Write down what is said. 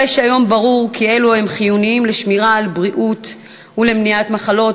הרי שהיום ברור כי אלו חיוניים לשמירה על בריאות ולמניעת מחלות,